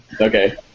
Okay